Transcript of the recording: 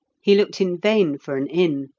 he looked in vain for an inn,